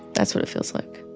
that's what it feels like